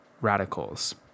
radicals